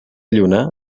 lluna